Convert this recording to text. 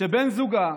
שבן זוגה,